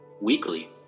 weekly